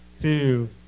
two